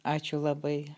ačiū labai